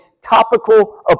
topical